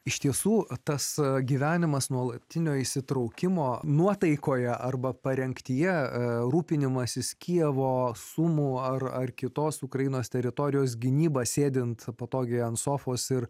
iš tiesų tas gyvenimas nuolatinio įsitraukimo nuotaikoje arba parengtyje rūpinimasis kijevo sumu ar ar kitos ukrainos teritorijos gynyba sėdint patogiai ant sofos ir